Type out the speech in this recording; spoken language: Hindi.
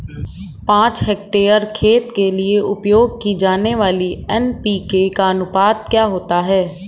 पाँच हेक्टेयर खेत के लिए उपयोग की जाने वाली एन.पी.के का अनुपात क्या होता है?